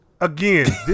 Again